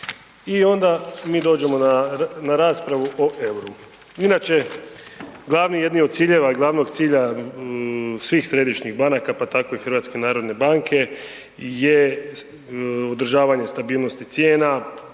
I onda mi dođemo na raspravu o euru. Inače glavni jedni od ciljeva glavnog cilja svih središnjih banaka pa tako i HNB-a je održavanje stabilnosti cijena,